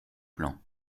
plan